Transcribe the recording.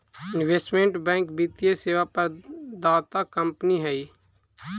investment bank वित्तीय सेवा प्रदाता कंपनी हई